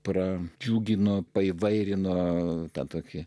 pradžiugino paįvairino tą tokį